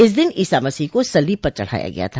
इस दिन ईसा मसीह को सलीब पर चढ़ाया गया था